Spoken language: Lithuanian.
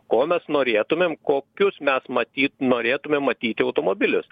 ko mes norėtumėm kokius mes matyt norėtumėm matyti automobilius